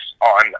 on